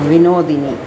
Vinodini